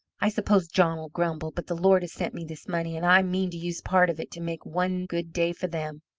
i suppose john'll grumble, but the lord has sent me this money, and i mean to use part of it to make one good day for them.